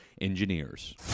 Engineers